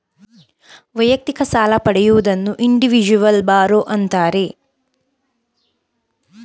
ವೈಯಕ್ತಿಕ ಸಾಲ ಪಡೆಯುವುದನ್ನು ಇಂಡಿವಿಜುವಲ್ ಬಾರೋ ಅಂತಾರೆ